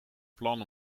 plan